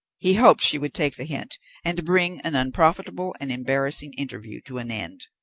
he hoped she would take the hint and bring an unprofitable and embarrassing interview to an end.